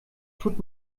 tut